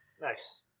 Nice